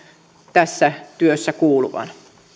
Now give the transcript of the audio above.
tässä työssä kuuluvan kiitos